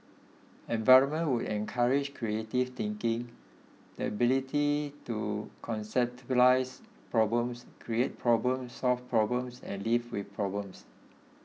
environment would encourage creative thinking the ability to conceptualise problems create problems solve problems and live with problems